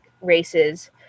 races